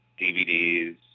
DVDs